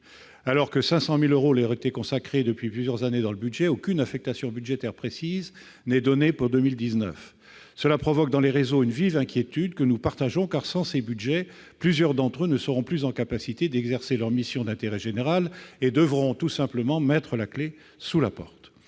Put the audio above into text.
Alors que 500 000 euros leur étaient consacrés depuis plusieurs années dans le projet de loi de finances, aucune affectation budgétaire précise n'est donnée pour 2019. Cela provoque, dans les réseaux, une vive inquiétude, que nous partageons, car, sans ces budgets, plusieurs d'entre eux ne seront plus en capacité d'exercer leur mission d'intérêt général et devront tout simplement mettre la clé sous la porte.